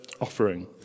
offering